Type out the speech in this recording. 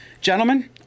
Gentlemen